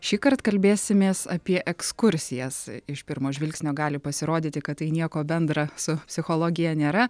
šįkart kalbėsimės apie ekskursijas iš pirmo žvilgsnio gali pasirodyti kad tai nieko bendra su psichologija nėra